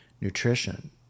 nutrition